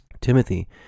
Timothy—